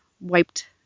wiped